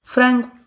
Frango